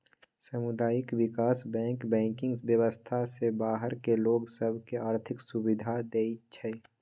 सामुदायिक विकास bank banking व्यवस्था से बाहर के लोग सभ के आर्थिक सुभिधा देँइ छै